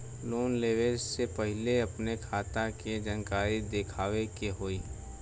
Loan लेवे से पहिले अपने खाता के जानकारी दिखावे के होई?